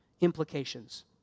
implications